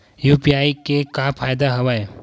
UPI के का फ़ायदा हवय?